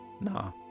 Nah